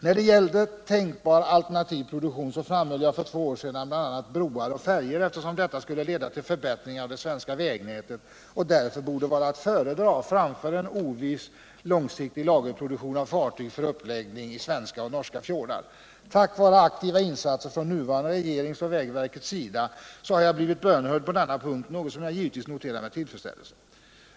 När det gällde tänkbar alternativ produktion framhöll jag för två år sedan bl.a. broar och färjor, eftersom detta skulle leda till förbättringar av det svenska vägnätet och därför borde vara att föredra framför en oviss långsiktig lagerproduktion av fartyg för uppläggning i svenska och norska fjordar. Tack vare aktiva insatser från den nuvarande regeringens och vägverkets sida har jag blivit bönhörd på denna punkt, något som jag givetvis noterar med tillfredsställelse.